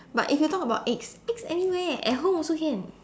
but if you talk about eggs eggs anywhere at home also can